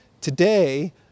Today